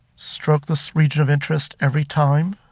stroke this region of interest every time,